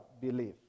belief